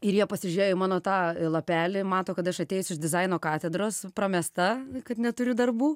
ir jie pasižiūrėjo į mano tą lapelį mato kad aš atėjus iš dizaino katedros pramesta kad neturi darbų